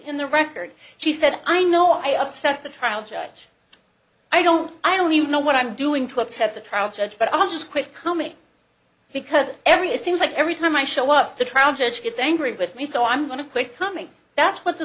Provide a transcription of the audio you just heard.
in the record she said i know i upset the trial judge i don't i don't even know what i'm doing to upset the trial judge but i'll just quit coming because every it seems like every time i show up the trial judge gets angry with me so i'm going to quit coming that's what